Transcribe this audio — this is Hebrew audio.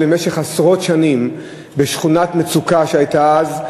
במשך עשרות שנים בשכונת מצוקה שהייתה אז,